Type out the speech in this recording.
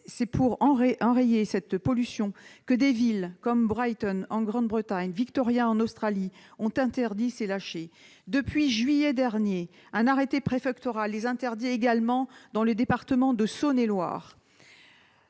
C'est pour enrayer cette pollution que des villes comme Brighton, en Grande-Bretagne, ou Victoria, en Australie, ont interdit les lâchers de ballons. Depuis juillet dernier, un arrêté préfectoral les interdit également dans le département de Saône-et-Loire.